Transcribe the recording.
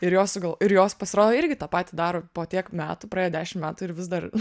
ir jos gal ir jos pasirodo irgi tą patį daro po tiek metų praėjo dešimt metų ir vis dar